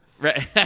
Right